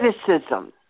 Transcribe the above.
criticism